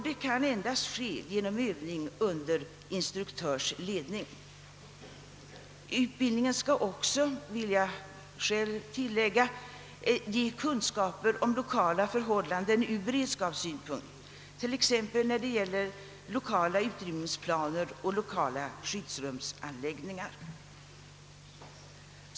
Detta kan endast ske genom övning under instruktörs ledning, Utbildningen skall också, det vill jag själv tillägga, ge kunskaper om lokala förhållanden ur beredskapssynpunkt t.ex. om lokala utrymningsplaner och lokala skyddsrumsanläggningar.